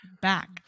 back